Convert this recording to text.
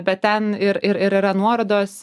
bet ten ir ir ir yra nuorodos